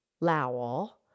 Lowell